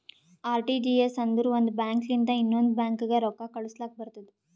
RTGS ಅಂದುರ್ ಒಂದ್ bank ಲಿಂತ ಇನ್ನೊಂದ್ ಬ್ಯಾಂಕ್ಗ ರೊಕ್ಕಾ ಕಳುಸ್ಲಾಕ್ ಬರ್ತುದ್